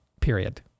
Period